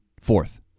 fourth